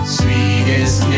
sweetest